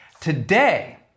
Today